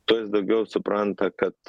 tuo jis daugiau supranta kad